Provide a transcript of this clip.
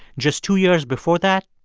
just two years before that,